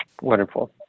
Wonderful